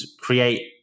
create